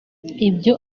ibyo